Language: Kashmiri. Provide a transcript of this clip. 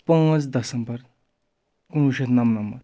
پٲنٛژھ دسمبر کُنوُہ شیٚتھ نَمنَمَتھ